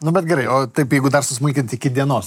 nu bet gerai o taip jeigu dar susmulkint iki dienos